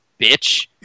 bitch